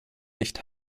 nicht